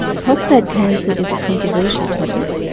prostate cancer is a controversial topic,